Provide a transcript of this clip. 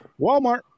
Walmart